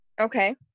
Okay